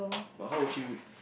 but how would you